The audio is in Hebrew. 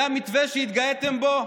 זה המתווה שהתגאיתם בו?